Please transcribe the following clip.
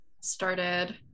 started